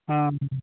ହଁ